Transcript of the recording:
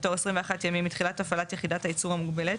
בתוך 21 ימים מתחילת הפעלת יחידת הייצור המוגבלת,